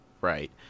Right